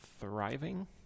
Thriving